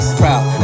proud